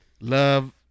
love